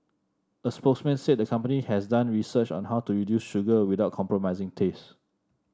a spokesman said the company has done research on how to reduce sugar without compromising taste